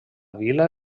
vila